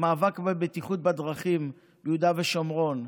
המאבק לבטיחות בדרכים ביהודה ושומרון,